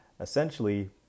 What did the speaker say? Essentially